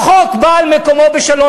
החוק בא על מקומו בשלום,